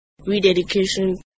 rededication